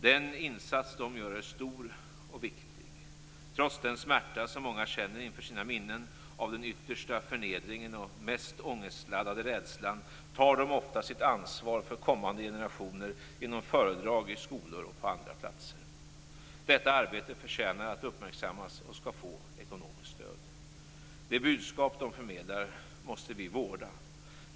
Den insats de gör är stor och viktig. Trots den smärta som många känner inför sina minnen av den yttersta förnedringen och den mest ångestladdade rädslan tar de ofta sitt ansvar för kommande generationer genom föredrag i skolor och på andra platser. Detta arbete förtjänar att uppmärksammas och skall få ekonomiskt stöd. Det budskap de förmedlar måste vi vårda.